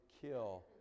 kill